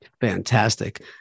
Fantastic